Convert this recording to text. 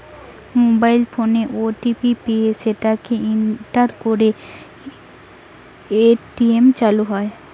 mobile ফোনে OTP পেয়ে সেটাকে এন্টার করে এ.টি.এম চালু হয়